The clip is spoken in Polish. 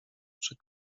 przy